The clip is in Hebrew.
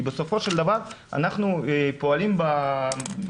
כי בסופו של דבר אנחנו פועלים בחושך.